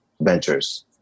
ventures